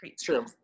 true